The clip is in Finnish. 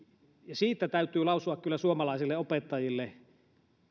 siitä täytyy kyllä lausua suomalaisille opettajille